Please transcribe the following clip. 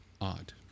odd